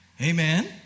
Amen